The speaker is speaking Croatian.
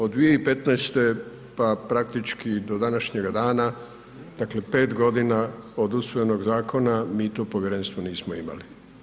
Od 2015. pa praktički do današnjega dana, dakle 5 godina od usvojenog zakona mi to povjerenstvo nismo imali.